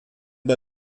bei